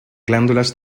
glándulas